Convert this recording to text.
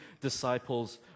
disciples